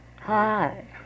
Hi